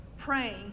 praying